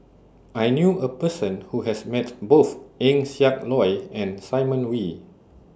I knew A Person Who has Met Both Eng Siak Loy and Simon Wee